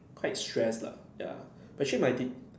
quite stress lah ya but actually my teach